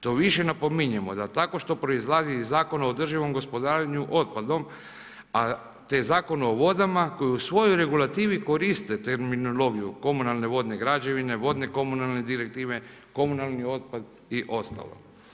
To više napominjemo da tako što proizlazi iz Zakona o održivom gospodarenju otpadom, te Zakonom o vodama koji u svojoj regulativi koristi terminologiju komunalne vodne građevine, vodne komunalne direktive, komunalni otpad i ostalo.